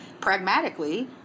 pragmatically